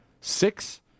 six